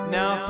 Now